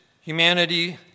humanity